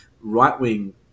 right-wing